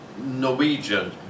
norwegian